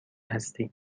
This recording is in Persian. هستی